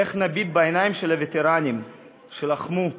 איך נביט בעיניים של הווטרנים שלחמו למעננו?